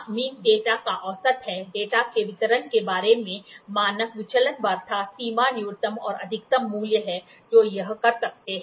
mean data का औसत है डेटा के वितरण के बारे में मानक विचलन वार्ता सीमा न्यूनतम और अधिकतम मूल्य है जो यह कर सकते हैं